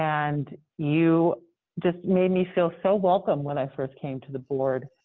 and you just made me feel so welcome when i first came to the board.